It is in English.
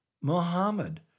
Muhammad